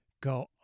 go